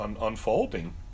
unfolding